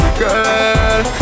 girl